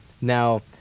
Now